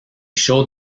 showed